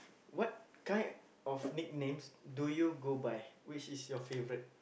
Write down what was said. what kind of nicknames do you go by which is your favourite